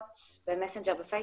בפייסבוק.